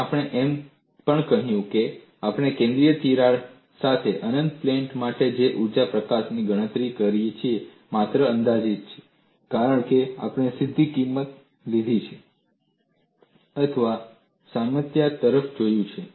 અને આપણે એમ પણ કહ્યું છે કે આપણે કેન્દ્રીય તિરાડ સાથે અનંત પ્લેટ માટે જે ઊર્જા પ્રકાશન દરની ગણતરી કરી છે તે માત્ર અંદાજિત છે કારણ કે આપણે સીધી કિંમત લીધી છે અથવા સામ્યતા તરફ જોયું છે